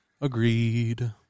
Agreed